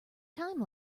time